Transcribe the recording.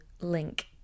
link